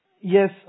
yes